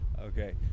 okay